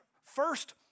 first